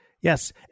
Yes